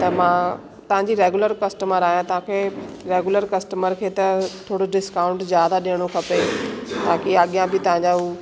त मां तव्हांजी रेगुलर कस्टमर आहियां तव्हांखे रेगुलर कस्टमर खे त थोरो डिस्काउंट ज़्यादा ॾियणो खपे ताकी अॻियां बि तव्हांजा उहे